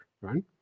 right